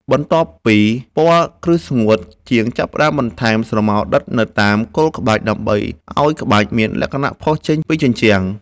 បន្ទាប់ពីពណ៌គ្រឹះស្ងួត ជាងចាប់ផ្ដើមបន្ថែមស្រមោលដិតនៅតាមគល់ក្បាច់ ដើម្បីឱ្យក្បាច់មានលក្ខណៈផុសចេញពីជញ្ជាំង។